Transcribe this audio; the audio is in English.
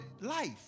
life